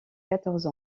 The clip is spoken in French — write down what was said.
quatorze